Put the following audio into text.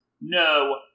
No